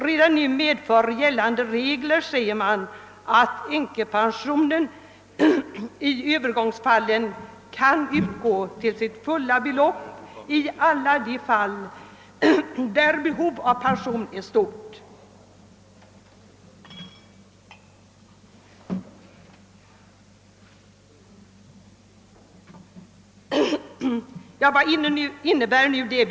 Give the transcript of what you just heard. Redan nu medför gällande regler, säger man, »att änkepension i övergångsfallen kan utgå till sitt fulla belopp i alla de fall där behov av pension är stort». Men vad innebär detta?